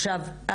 עכשיו,